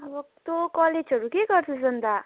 अब तँ कलेजहरू के गर्छस् अन्त